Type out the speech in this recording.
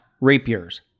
rapiers